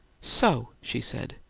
so? she said.